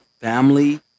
family